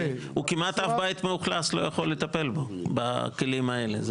הוא כמעט אף בית מאוכלס לא יכול לטפל בו בכלים האלה.